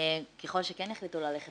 ככל שכן יחליטו ללכת